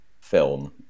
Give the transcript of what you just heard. film